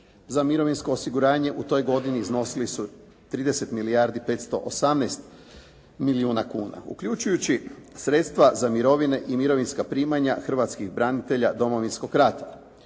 za mirovinsko osiguranje u toj godini iznosili su 30 milijardi 518 milijuna kuna uključujući sredstva za mirovine i mirovinska primanja hrvatskih branitelja Domovinskog rata.